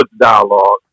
dialogue